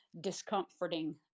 discomforting